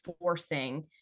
forcing